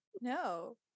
No